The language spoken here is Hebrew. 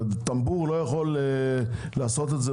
טמבור לא יכול לעשות את זה